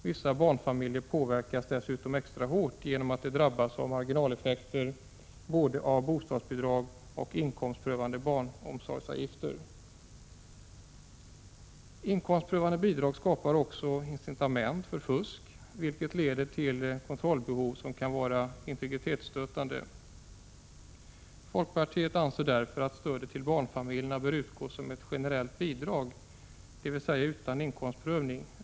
Vissa barnfamiljer påverkas dessutom extra hårt genom att de drabbas av marginaleffekter av både bostadsbidrag och inkomstprövade barnomsorgsavgifter. Inkomstprövade bidrag skapar också incitament för fusk, vilket leder till kontrollbehov som kan vara integritetsstötande. Folkpartiet anser därför att stödet till barnfamiljerna bör utgå som ett generellt bidrag, dvs. utan inkomstprövning.